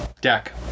Deck